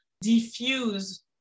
diffuse